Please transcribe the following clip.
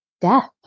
death